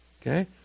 Okay